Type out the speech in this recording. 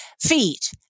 feet